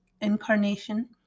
incarnation